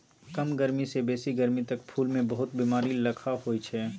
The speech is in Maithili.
कम गरमी सँ बेसी गरमी तक फुल मे बहुत बेमारी लखा होइ छै